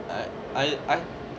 I I~